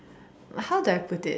how do I put it